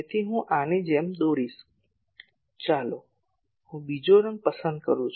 તેથી હું આની જેમ દોરીશ ચાલો હું બીજો રંગ પસંદ કરું